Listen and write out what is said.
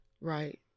Right